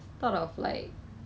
but then 我就看到很恶心